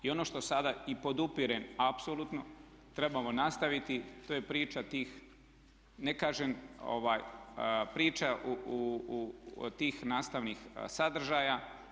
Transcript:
I ono što sada i podupirem apsolutno trebamo nastaviti, to je priča tih, ne kažem priča tih nastavnih sadržaja.